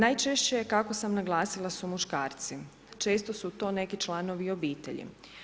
Najčešće, kako sam naglasila, su muškarci, često su to neki članovi obitelji.